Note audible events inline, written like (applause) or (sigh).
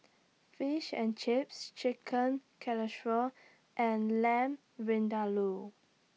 Fish and Chips Chicken (unintelligible) and Lamb Vindaloo